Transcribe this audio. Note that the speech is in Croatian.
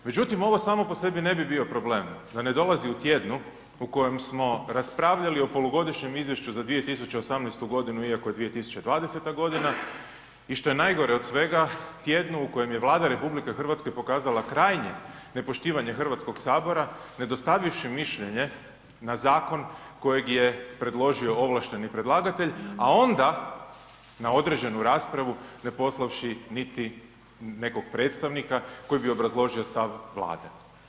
Međutim ovo samo po sebi ne bi bio problem da ne dolazi u tjednu u kojem smo raspravljali o Polugodišnjem Izvješću za 2018. godinu iako je 2020. godina i što je od svega tjednu u kojem je Vlada RH pokazala krajnje nepoštivanje Hrvatskog sabora ne dostavivši mišljenje na zakon kojeg je predložio ovlašteni predlagatelj, a onda na određenu raspravu ne poslavši niti nekog predstavnika koji bi obrazložio stav Vlade.